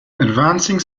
advancing